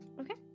Okay